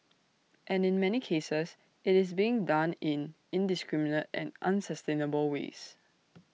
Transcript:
and in many cases IT is being done in indiscriminate and unsustainable ways